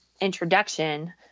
introduction